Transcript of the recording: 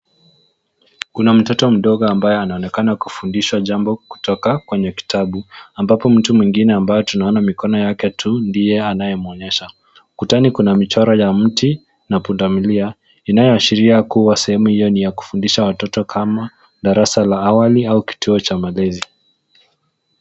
Kuna mtoto mdogo ambaye anaonekana kufundisha jambo kutoka kwenye kitabu ambapo mtu mwengine ambayo tunaona mkono yake tu ndiye anaye monyesha. Ukutani mchoro wa mti na punda milia inaoashiria kuwa sehemu ya kufundisha watoto kama darasa la wali au kituo cha malezi